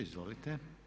Izvolite.